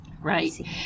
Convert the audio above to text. right